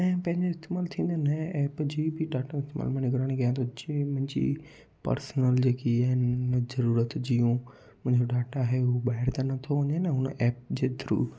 ऐं पंहिंजे इस्तेमालु थींदे नएं एप जी बि डाटा जी निगराणी कयां थो जंहिं मुंहिंजी पर्सनल जे कि आहिनि ज़रूरत जूं मुंहिंजो डाटा आहे उहो ॿाहिरि त नथो वञे न हुन एप जे थ्रू